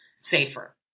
safer